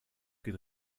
geht